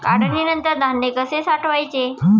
काढणीनंतर धान्य कसे साठवायचे?